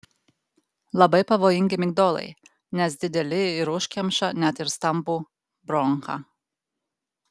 labai pavojingi migdolai nes dideli ir užkemša net ir stambų bronchą